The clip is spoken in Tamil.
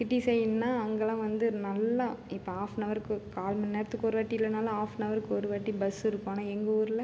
சிட்டி சைடுனால் அங்கெலாம் வந்து நல்லா இபபோ ஆஃப்னவருக்கு கால் மணிநேரத்துக்கு ஒரு வாட்டி இல்லைனாலும் ஆஃப்னவர்க்கு ஒரு வாட்டி பஸ் இருக்கும் ஆனால் எங்கள் ஊரில்